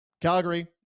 Calgary